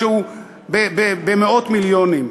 שהוא במאות מיליונים.